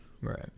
right